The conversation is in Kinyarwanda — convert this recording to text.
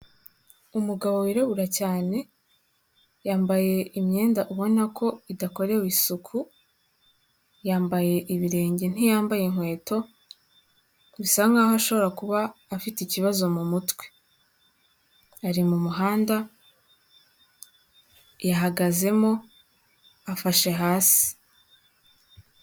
Umugabo wirabura cyane yambaye imyenda ubona ko idakorewe isuku, yambaye ibirenge ntiyambaye inkweto bisa nk'aho ashobora kuba afite ikibazo mu mutwe ari mu muhanda yahagazemo afashe hasi.